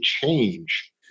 change